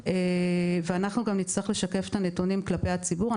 אנחנו גם נצטרך לשקף את הנתונים כלפי הציבור,